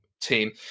team